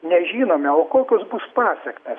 nežinome o kokios bus pasekmės